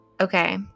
Okay